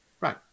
right